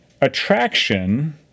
attraction